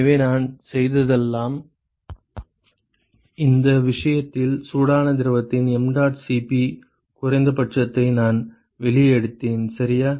எனவே நான் செய்ததெல்லாம் இந்த விஷயத்தில் சூடான திரவத்தின் mdot Cp குறைந்தபட்சத்தை நான் வெளியே எடுத்தேன் சரியா